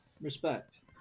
respect